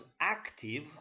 active